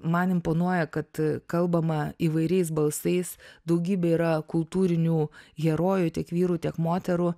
man imponuoja kad kalbama įvairiais balsais daugybė yra kultūrinių herojų tiek vyrų tiek moterų